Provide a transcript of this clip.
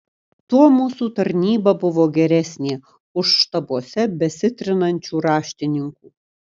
tuo mūsų tarnyba buvo geresnė už štabuose besitrinančių raštininkų